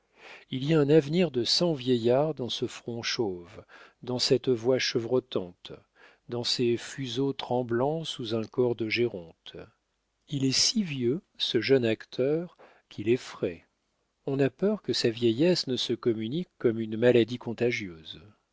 il y a un avenir de cent vieillards dans ce front chauve dans cette voix chevrotante dans ces fuseaux tremblants sous un corps de géronte il est si vieux ce jeune acteur qu'il effraie on a peur que sa vieillesse ne se communique comme une maladie contagieuse